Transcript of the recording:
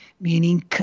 meaning